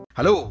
Hello